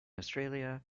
australia